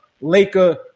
Laker